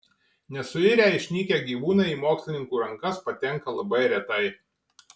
nesuirę išnykę gyvūnai į mokslininkų rankas patenka labai retai